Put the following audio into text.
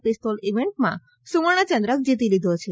pistol ઈવેન્ટમાં સુવર્ણ ચંદ્રક જીતી લીધો છે